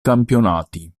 campionati